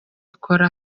ikora